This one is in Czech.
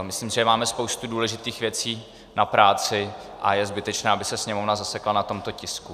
Myslím si, že máme spoustu důležitých věcí na práci a je zbytečné, aby se Sněmovna zasekla na tomto tisku.